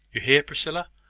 you hear, priscilla?